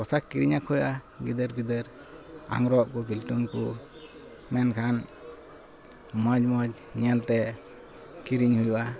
ᱯᱳᱥᱟᱠ ᱠᱤᱨᱤᱧᱟᱠᱚ ᱦᱩᱭᱩᱜᱼᱟ ᱜᱤᱫᱟᱹᱨᱼᱯᱤᱫᱟᱹᱨ ᱟᱝᱨᱚᱯᱠᱚ ᱯᱤᱞᱴᱩᱱᱠᱚ ᱢᱮᱱᱠᱷᱟᱱ ᱢᱚᱡᱽ ᱢᱚᱡᱽ ᱧᱮᱞᱛᱮ ᱠᱤᱨᱤᱧ ᱦᱩᱭᱩᱜᱼᱟ